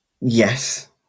Yes